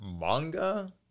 manga